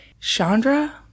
Chandra